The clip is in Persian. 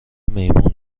میمون